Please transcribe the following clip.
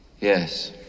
Yes